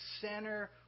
center